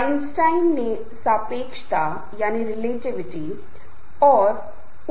यह समूह के गठन को पहचानने में मदद करता है और यह भी बताता है कि समूह को कैसे संगठित नेतृत्व और बढ़ावा देना चाहिए